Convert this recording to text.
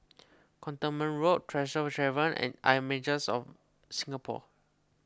Cantonment Road Tresor Tavern and Images of Singapore